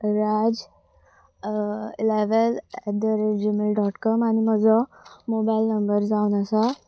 Raj Ilvel at the rate Gmail dot com आनी म्हजो mobile number जावन आसा